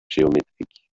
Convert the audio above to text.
géométrique